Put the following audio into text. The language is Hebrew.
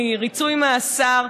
מריצוי מאסר,